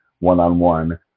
one-on-one